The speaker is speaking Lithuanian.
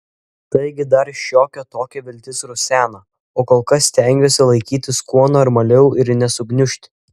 taigi dar šiokia tokia viltis rusena o kol kas stengiuosi laikytis kuo normaliau ir nesugniužti